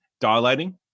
dilating